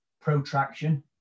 protraction